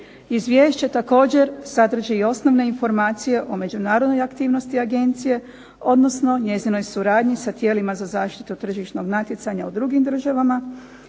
Izvješće također sadrži i osnovne informacije o međunarodnoj aktivnosti agencije, odnosno njezinoj suradnji sa tijelima za zaštitu tržišnog natjecanja u drugim državama,